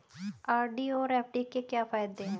RD और FD के क्या फायदे हैं?